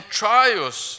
trials